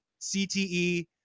CTE